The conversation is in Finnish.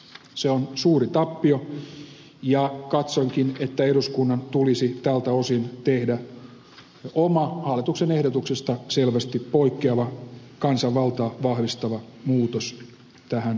se on suuri tappio ja katsonkin että eduskunnan tulisi tältä osin tehdä oma hallituksen ehdotuksesta selvästi poikkeava kansanvaltaa vahvistava muutos tähän lakiehdotukseen